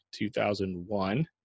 2001